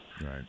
Right